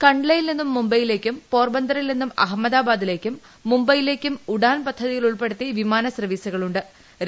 ക ്ലയിൽ നിന്നും മുംബെയിലേയ്ക്കും പോർബന്ദറിൽ നിന്നും അഹമ്മദാബാദിലേയ്ക്കും മുംബെയിലേയ് ക്കും ഉഡാൻ പദ്ധതിയിൽ ഉൾപ്പെടുത്തി വിമാന സർവീസുകൾ ഉ ്